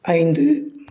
ஐந்து